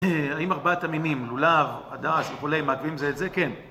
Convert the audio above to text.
האם ארבעת המינים, לולב, הדס וכולי, מעכבים זה את זה? כן.